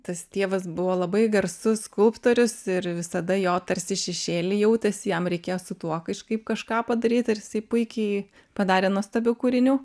tas tėvas buvo labai garsus skulptorius ir visada jo tarsi šešėly jautės jam reikėjo su tuo kažkaip kažką padaryt ir jisai puikiai padarė nuostabių kūrinių